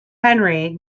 henry